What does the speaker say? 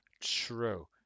True